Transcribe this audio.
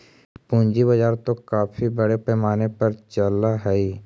पूंजी बाजार तो काफी बड़े पैमाने पर चलअ हई